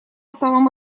самом